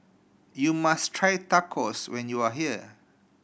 you must try Tacos when you are here